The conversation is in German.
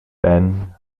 ben